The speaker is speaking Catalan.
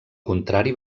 contrari